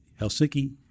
Helsinki